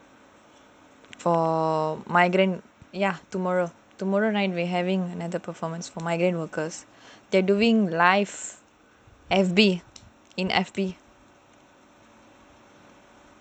for migrant ya tomorrow tomorrow night we having another performance for migrant workers they are doing live in F_B